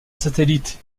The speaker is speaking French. satellite